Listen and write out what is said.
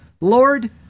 Lord